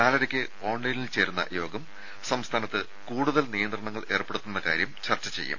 നാലരയ്ക്ക് ഓൺലൈനിൽ ചേരുന്ന യോഗം സംസ്ഥാനത്ത് കൂടുതൽ നിയന്ത്രണങ്ങൾ ഏർപ്പെടുത്തുന്ന കാര്യം ചർച്ച ചെയ്യും